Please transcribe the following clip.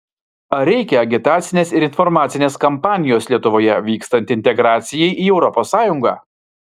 ar reikia agitacinės ir informacinės kampanijos lietuvoje vykstant integracijai į europos sąjungą